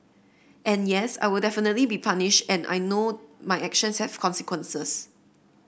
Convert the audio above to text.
and yes I will definitely be punished and I know my actions have consequences